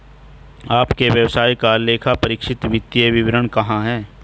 आपके व्यवसाय का लेखापरीक्षित वित्तीय विवरण कहाँ है?